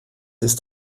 ist